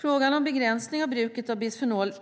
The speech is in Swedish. Frågan om begränsningar av bruket av bisfenol